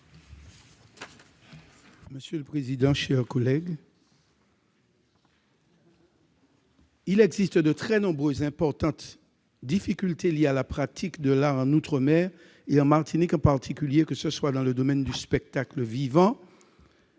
M. Maurice Antiste. Il existe de très nombreuses et importantes difficultés liées à la pratique de l'art en outre-mer, en Martinique en particulier, que ce soit dans le domaine du spectacle vivant,